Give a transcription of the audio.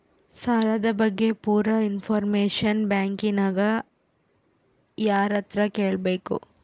ಸಾಲದ ಬಗ್ಗೆ ಪೂರ ಇಂಫಾರ್ಮೇಷನ ಬ್ಯಾಂಕಿನ್ಯಾಗ ಯಾರತ್ರ ಕೇಳಬೇಕು?